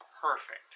perfect